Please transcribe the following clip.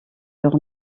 leur